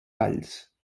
valls